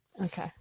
Okay